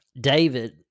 David